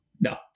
No